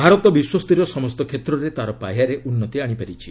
ଭାରତ ବିଶ୍ୱସ୍ତରୀୟ ସମସ୍ତ କ୍ଷେତ୍ରରେ ତା'ର ପାହ୍ୟାରେ ଉନ୍ନତି ଆଶିପାରିଛି